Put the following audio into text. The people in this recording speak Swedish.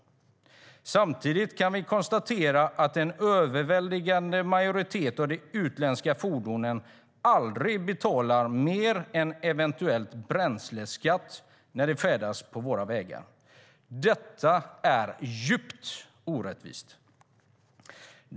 Samtidigt kan vi konstatera att en överväldigande majoritet av de utländska fordonen aldrig betalar mer än eventuellt bränsleskatt när de färdas på våra vägar. Detta är djupt orättvist.